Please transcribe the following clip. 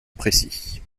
précis